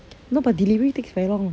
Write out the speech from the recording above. no but delivery takes very long